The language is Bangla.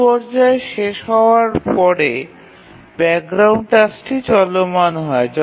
এই পর্যায় শেষ হওয়ার পরে ব্যাকগ্রাউন্ড টাস্কটি চলমান হয়